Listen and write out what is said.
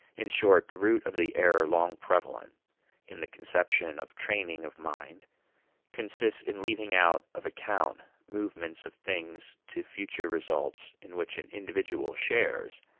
in short, the root of the error long prevalent in the conception of training of mind consists in leaving out of account movements of things to future results in which an individual shares,